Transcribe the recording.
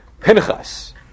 Pinchas